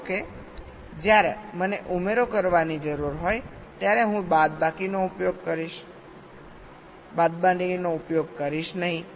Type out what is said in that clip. ધારો કે જ્યારે મને ઉમેરો કરવાની જરૂર હોય ત્યારે હું બાદબાકીનો ઉપયોગ કરીશ નહીં